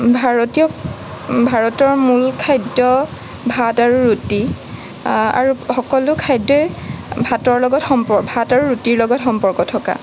ভাৰতীয় ভাৰতৰ মূল খাদ্য ভাত আৰু ৰুটি আৰু সকলো খাদ্যই ভাতৰ লগত সম্প ভাত আৰু ৰুটিৰ লগত সম্পৰ্ক থকা